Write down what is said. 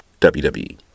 WWE